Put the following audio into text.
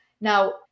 Now